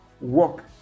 walk